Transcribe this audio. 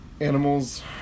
animals